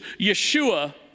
Yeshua